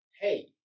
hey